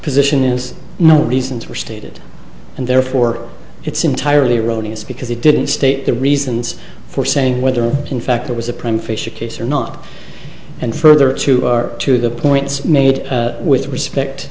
position is no reasons were stated and therefore it's entirely rodimus because it didn't state the reasons for saying whether in fact there was a prime fish a case or not and further to our to the points made with respect